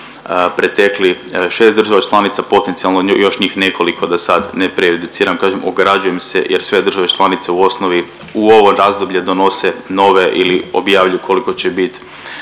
pretekli 6 država članica, potencijalno još njih nekoliko, da sad ne prejudiciram. Kažem, ograđujem se jer sve države članice u osnovi u ovoj razdoblje donose nove ili objavljuju koliko će bit,